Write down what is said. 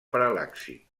paral·laxi